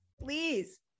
please